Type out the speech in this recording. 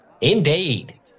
Indeed